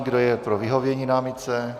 Kdo je pro vyhovění námitce?